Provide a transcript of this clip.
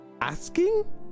Asking